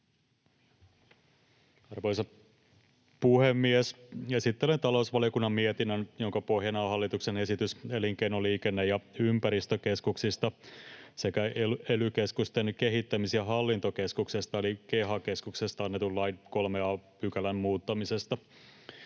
Arvoisa puhemies! Esittelen talousvaliokunnan mietinnön, jonka pohjana on hallituksen esitys elinkeino-, liikenne- ja ympäristökeskuksista sekä ely-keskusten kehittämis- ja hallintokeskuksesta eli KEHA-keskuksesta annetun lain 3 a §:n muuttamisesta.